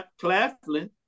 Claflin